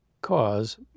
cause